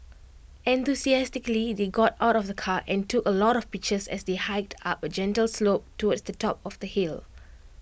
enthusiastically they got out of the car and took A lot of pictures as they hiked up A gentle slope towards the top of the hill